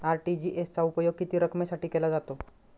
RTGS चा उपयोग किती रकमेसाठी केला जातो?